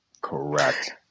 Correct